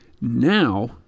now